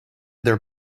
their